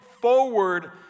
forward